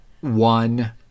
one